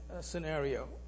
scenario